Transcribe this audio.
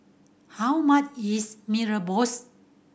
how much is Mee Rebus